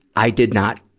i did not,